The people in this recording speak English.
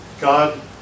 God